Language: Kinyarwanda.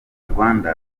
rwanda